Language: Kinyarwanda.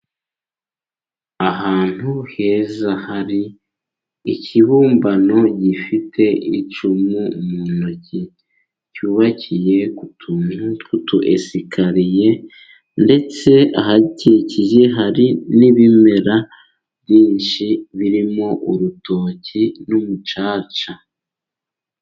Ahantu heza hari ikibumbano gifite icumu mu ntoki, cyubakiye ku tuntu twutu esikariye, ndetse ahakikije hari n'ibimera byinshi birimo urutoki n'umucaca.